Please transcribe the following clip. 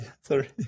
Sorry